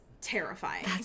terrifying